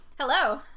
Hello